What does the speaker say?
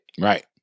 Right